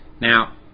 Now